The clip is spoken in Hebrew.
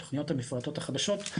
התוכניות המפורטות החדשות,